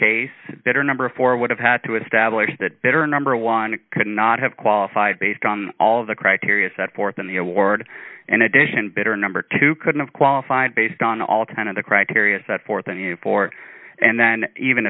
case better number four would have had to establish that better number one could not have qualified based on all of the criteria set forth in the award and addition better number two could've qualified based on all kind of the criteria set forth in four and then even